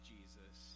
Jesus